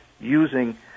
using